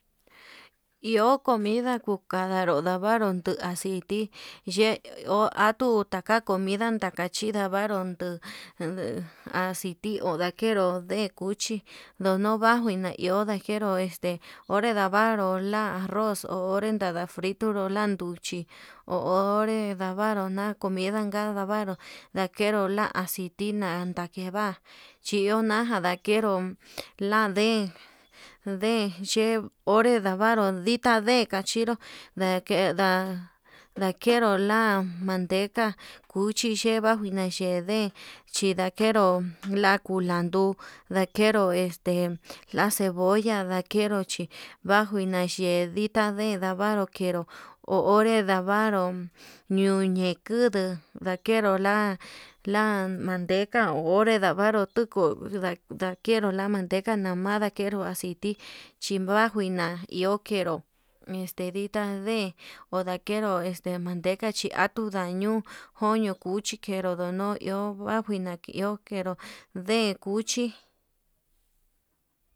Iho comida kukanru navaru kuu aciti yeku ka kavaru comida, ndakachi ndavaru nuu aciti ondakeru deen cuchi ndono baju na iho nakenru este onré ndavaru la'a arroz onre nada ndito, londan nduchi ho onré ndavaru na'a comida gan ndavante ndakenro la aciti na'a, nada ke'e va'a chiuna ndakero lan nden ndenya onre ndavaru dita ne'e dikachinru ndakeru la'a manteca cuchi na dakuino ye'e deen chindakero la culandu ndakeru este la cebolla ndakenro chí vanjuina nayee ndita deen, ndavaru kenru ho onré ndavaru ñuñe kuduu ndakero la'a la'a manteca onre ndavaru tuku ndakeru la'a manteca nama ndakenro aciti chivajuina iho ndakero este ditá deen odakero manteca chi atuu ndañuu koño cuchi knero ndono iho va'a njuina ndakero deen cuchi.